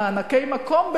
מענקי מקום?